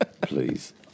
please